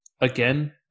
again